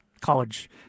college